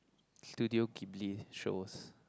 Studio-Kimbley shows